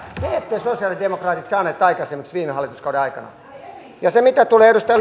te sosialidemokraatit ette saaneet aikaiseksi viime hallituskauden aikana ja mitä tulee tähän edustaja